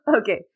Okay